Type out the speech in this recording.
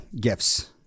Gifts